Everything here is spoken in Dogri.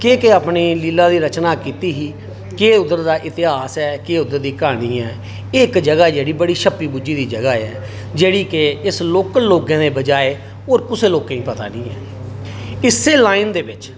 केह् केह् अपनी लीला दी रचना कीती ही केह् उद्धर दा इतेहास ऐ केह् उद्धर दी क्हानी ऐ एह् इक जगह् जेह्ड़ी छप्पी गुज्झी दी जगह् ऐ जेह्ड़ी केह् इस लोकल लोकें दे बजाए होर कुसै लोकें ई पता नेंई ऐ इस्सै लाइन दे बिच